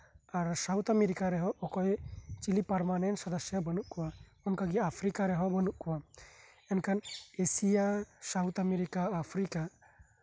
ᱟᱨ South America ᱠᱮᱦᱚᱸ ᱚᱠᱚᱭ permanent ᱥᱚᱫᱚᱥᱥᱚ ᱵᱟᱱᱩᱜ ᱠᱚᱣᱟ ᱚᱱᱠᱟᱜᱮ ᱟᱯᱯᱷᱨᱤᱠᱟ ᱨᱮᱦᱚ ᱵᱟᱱᱩᱜ ᱠᱚᱣᱟ ᱮᱱᱠᱷᱟᱱ ᱮᱥᱤᱭᱟ ᱥᱟᱣᱩᱛᱷ ᱟᱢᱮᱨᱤᱠᱟ ᱟᱯᱷᱨᱤᱠᱟ